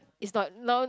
it's like now